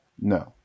No